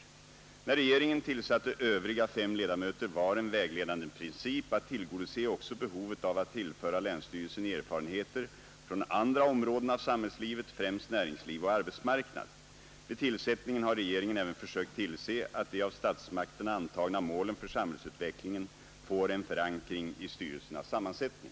När regeringen tillsatte övriga fem ledamöter var en vägledande princip att tillgodose också behovet av att tillföra länsstyrelsen erfarenheter från andra områden av samhällslivet, främst näringsliv och arbetsmarknad. Vid tillsättningen har regeringen även försökt tillse att de av statsmakterna antagna målen för samhällsutvecklingen får en förankring i styrelsernas sammansättning.